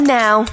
now